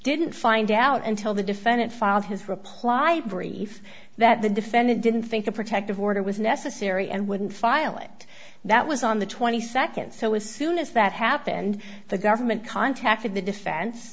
didn't find out until the defendant filed his reply brief that the defendant didn't think a protective order was necessary and wouldn't file it that was on the twenty second so as soon as that happened the government contacted the defen